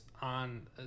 on